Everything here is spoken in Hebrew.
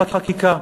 בחקיקה,